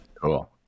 Cool